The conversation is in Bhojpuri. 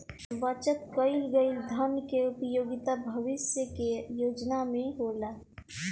बचत कईल गईल धन के उपयोगिता भविष्य के योजना में होला